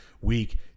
week